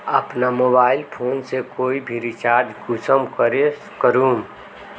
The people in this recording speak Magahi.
अपना मोबाईल फोन से कोई भी रिचार्ज कुंसम करे करूम?